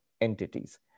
entities